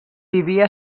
vivia